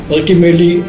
Ultimately